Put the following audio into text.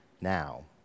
now